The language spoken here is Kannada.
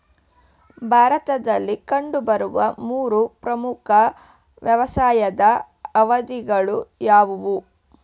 ಭಾರತದಲ್ಲಿ ಕಂಡುಬರುವ ಮೂರು ಪ್ರಮುಖ ವ್ಯವಸಾಯದ ಅವಧಿಗಳು ಯಾವುವು?